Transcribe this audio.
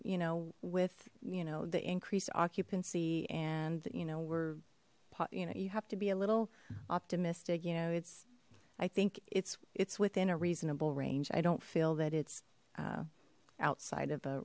you know with you know the increased occupancy and you know we're you know you have to be a little optimistic you know it's i think it's it's within a reasonable range i don't feel that it's outside of a